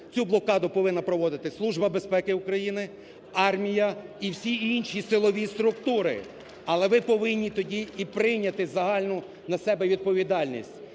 цю блокаду повинні проводити Служба безпеки України, армія і всі інші силові структури. Але ви повинні тоді і прийняти загальну на себе відповідальність.